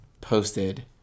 posted